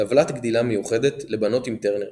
טבלת גדילה מיוחדת לבנות עם טרנר